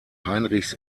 heinrichs